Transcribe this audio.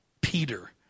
Peter